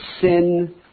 sin